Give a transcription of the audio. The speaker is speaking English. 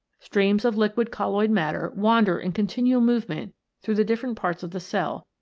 streams of liquid colloid matter wander in continual movement through the different parts of the cell,